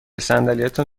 صندلیتان